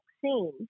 vaccine